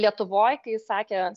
lietuvoj kai jis sakė